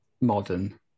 Modern